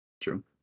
True